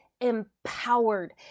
empowered